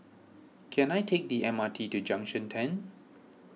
can I take the M R T to Junction ten